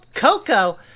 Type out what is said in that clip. Coco